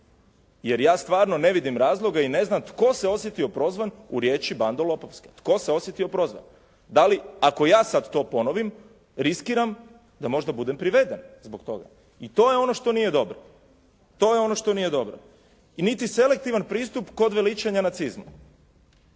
Jer, ja stvarno ne vidim razloge i ne znam tko se osjetio prozvan u riječi "bando lopovska". Tko se osjetio prozvan? Da li, ako ja sad to ponovim, riskiram da možda budem priveden zbog toga? I to je ono što nije dobro. To je ono što nije dobro. Niti selektivan pristup kod veličanja nacizmu.